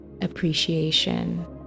appreciation